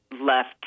left